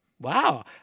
wow